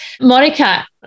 Monica